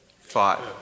Five